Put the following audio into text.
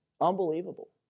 Unbelievable